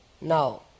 Now